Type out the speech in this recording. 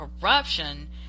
corruption